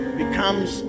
becomes